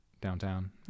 downtown